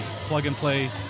plug-and-play